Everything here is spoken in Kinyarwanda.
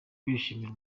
kwishimira